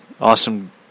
Awesome